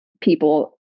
people